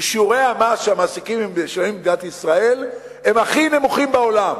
כי שיעורי המס שהמעסיקים משלמים במדינת ישראל הם הכי נמוכים בעולם,